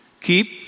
keep